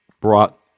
brought